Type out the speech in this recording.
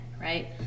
right